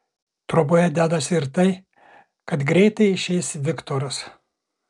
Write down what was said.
troboje dedasi ir tai kad greitai išeis viktoras